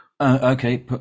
Okay